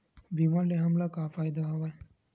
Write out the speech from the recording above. बीमा ले हमला का फ़ायदा हवय?